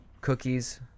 cookies